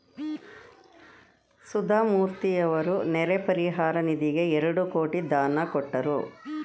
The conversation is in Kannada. ಸುಧಾಮೂರ್ತಿಯವರು ನೆರೆ ಪರಿಹಾರ ನಿಧಿಗೆ ಎರಡು ಕೋಟಿ ದಾನ ಕೊಟ್ಟರು